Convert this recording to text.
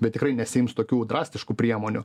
bet tikrai nesiims tokių drastiškų priemonių